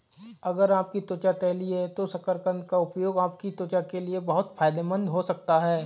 अगर आपकी त्वचा तैलीय है तो शकरकंद का उपयोग आपकी त्वचा के लिए बहुत फायदेमंद हो सकता है